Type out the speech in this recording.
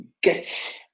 get